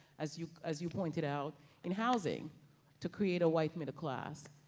as you as you pointed out in housing to create a white middle class,